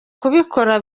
kubikora